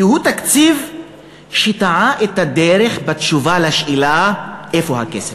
כי הוא תקציב שטעה בדרך בתשובה על השאלה "איפה הכסף?"